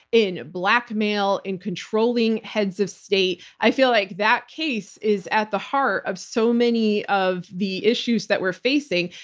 in blackmail, in controlling heads of state. i feel like that case is at the heart of so many of the issues that we're facing.